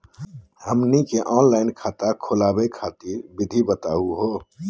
हमनी के ऑनलाइन खाता खोलहु खातिर विधि बताहु हो?